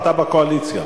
אתה בקואליציה.